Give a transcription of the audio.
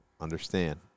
Understand